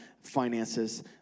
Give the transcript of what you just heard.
finances